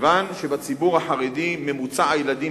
כיוון שבציבור החרדי המספר הממוצע של הילדים